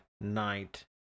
night